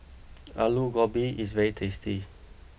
Aloo Gobi is very tasty